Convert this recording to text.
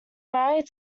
married